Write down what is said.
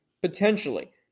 potentially